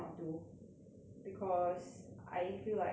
because I feel like I